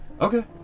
Okay